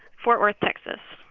fort worth, texas